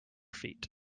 feet